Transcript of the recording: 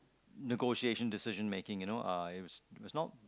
negotiation decision making you know uh it's not